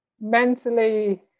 mentally